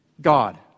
God